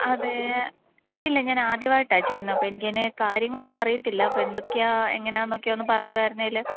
അതെ ഇല്ല ഞാൻ ആദ്യവായിട്ടാ ചെയ്യുന്നതെ അപ്പം എനിക്കിങ്ങനെ കാര്യങ്ങളൊന്നും അറിയത്തില്ല അപ്പോൾ എന്തൊക്കെയാണ് എങ്ങനാന്നൊക്കെ ഒന്നു പറയുവായിരുന്നേല്